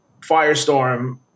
Firestorm